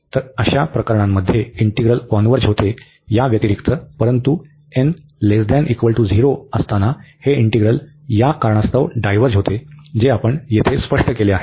तर अशा प्रकरणांमध्ये इंटीग्रल कॉन्व्हर्ज होते या व्यतिरिक्त परंतु n≤0 असताना हे इंटीग्रल या कारणास्तव डायव्हर्ज होते जे आपण येथे स्पष्ट केले आहे